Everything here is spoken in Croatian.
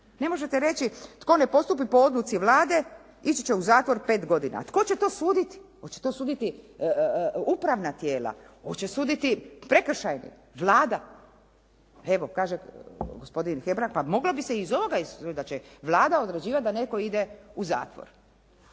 Ne možete reći tko ne postupi po odluci Vlade ići će u zatvor 5 godina. Tko će to suditi? Hoće to suditi upravna tijela, hoće suditi prekršajna, Vlada. Evo kaže gospodin Hebrang pa mogla bi se iz ovoga izuzet da će Vlada odlučivati da netko ide u zatvor,